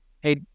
hey